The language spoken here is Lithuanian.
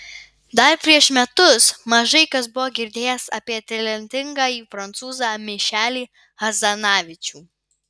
dar prieš metus mažai kas buvo girdėjęs apie talentingąjį prancūzą mišelį hazanavičių